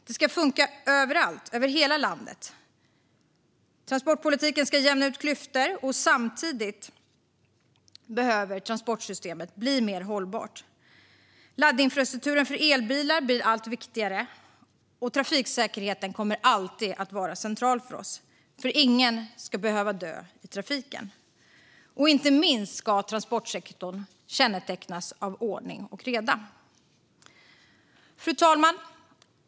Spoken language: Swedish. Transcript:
Det ska funka överallt i hela landet. Transportpolitiken ska jämna ut klyftor, och samtidigt behöver transportsystemet bli mer hållbart. Laddinfrastrukturen för elbilar blir allt viktigare, och trafiksäkerheten kommer alltid att vara central för oss. Ingen ska behöva dö i trafiken. Inte minst ska transportsektorn kännetecknas av ordning och reda. Fru talman!